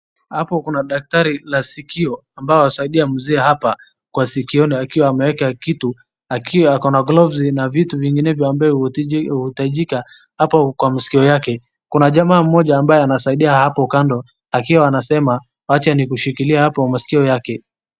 Hapo kuna daktari la sikio ambaye anasaidia mzee hapa kwa sikioni akiwa ameweka kitu, akiwa ako na glovsi na vitu vingineyo ambayo huhitajika hapa kwa maskio yake kuna jamaa mmoja ambaye anasaidia hapo kando akiwa anasema wacha nikushikilie hapo maskio yake.